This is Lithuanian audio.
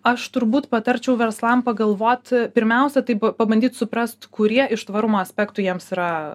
aš turbūt patarčiau verslam pagalvoti pirmiausia tai pa pabandyt suprast kurie iš tvarumo aspektų jiems yra